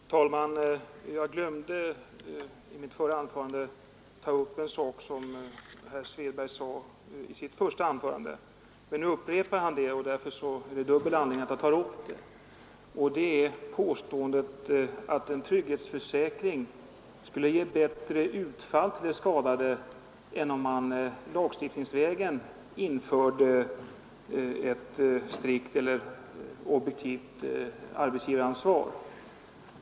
Herr talman! Jag glömde i mitt förra anförande att ta upp något som herr Svedberg sade i sitt första inlägg. Men nu upprepar han det, och jag har därför dubbel anledning att ta upp det. Jag avser påståendet att en trygghetsförsäkring skulle ge bättre utfall för de skadade än ett lagstiftningsvägen infört strikt eller objektivt arbetsgivaransvar.